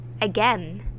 again